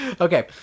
Okay